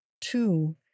two